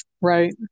right